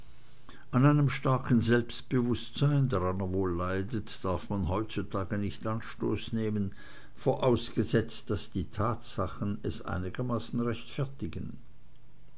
an einem starken selbstbewußtsein dran er wohl leidet darf man heutzutage nicht anstoß nehmen vorausgesetzt daß die tatsachen es einigermaßen rechtfertigen